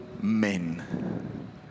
men